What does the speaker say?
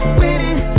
winning